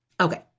Okay